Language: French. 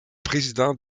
président